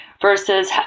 versus